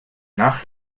nach